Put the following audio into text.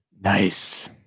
Nice